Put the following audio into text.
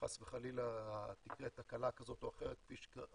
חס וחלילה תקרה תקלה כזאת או אחרת, כפי שקרו